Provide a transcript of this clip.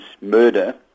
murder